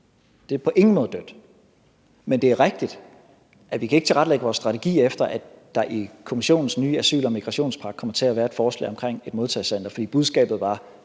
Det er på ingen måde dødt, men det er rigtigt, at vi ikke kan tilrettelægge vores strategier efter, at der i Kommissionens nye asyl- og migrationspakke kunne komme til at være et forslag om et modtagecenter, for budskabet var